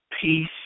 peace